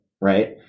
Right